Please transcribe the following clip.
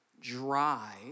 dry